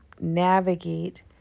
navigate